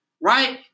right